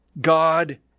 God